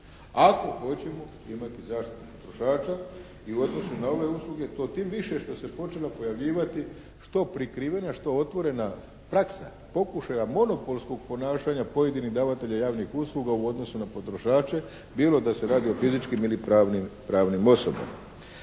ako hoćemo imati zaštitu potrošača i u odnosu na ove usluge, to tim više što se počela pojavljivati što prikrivena, što otvorena praksa pokušaja monopolskog ponašanja pojedinih davatelja javnih usluga u odnosu na potrošače, bilo da se radi o fizičkim ili pravnim osobama.